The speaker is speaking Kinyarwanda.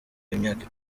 w’imyaka